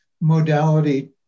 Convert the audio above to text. modality